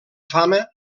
fama